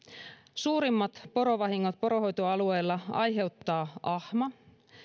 suurimmat porovahingot poronhoitoalueella aiheuttaa ahma